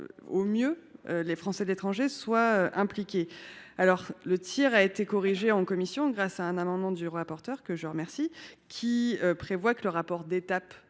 le mieux les Français de l’étranger, n’est donc pas impliquée. Le tir a été corrigé en commission grâce à un amendement du rapporteur – que je remercie –, qui prévoit que le rapport d’étape